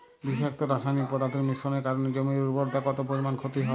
বিষাক্ত রাসায়নিক পদার্থের মিশ্রণের কারণে জমির উর্বরতা কত পরিমাণ ক্ষতি হয়?